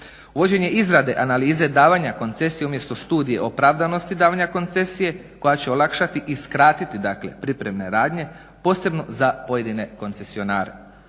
Uvođenje izrade analize davanja koncesije umjesto studije opravdanosti davanja koncesije koja će olakšati i skratiti, dakle pripremne radnje posebno za pojedine koncesionare.